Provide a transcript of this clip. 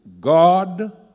God